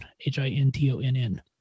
H-I-N-T-O-N-N